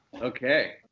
okay